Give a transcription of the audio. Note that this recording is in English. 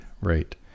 right